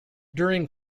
during